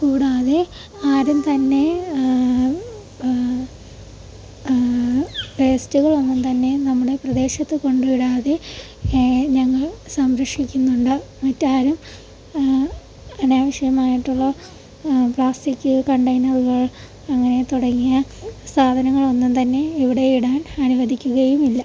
കൂടാതെ ആരും തന്നെ വേസ്റ്റുകള് ഒന്നും തന്നെ നമ്മുടെ പ്രദേശത്ത് കൊണ്ട് ഇടാതെ ഞങ്ങൾ സംരക്ഷിക്കുന്നുണ്ട് മറ്റാരും അനാവശ്യമായിട്ടുള്ള പ്ലാസ്റ്റിക് കണ്ടെയ്നറുകള് അങ്ങനെ തുടങ്ങിയ സാധനങ്ങൾ ഒന്നും തന്നെ ഇവിടെ ഇടാൻ അനുവദിക്കുകയും ഇല്ല